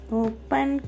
open